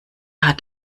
hat